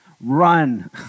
run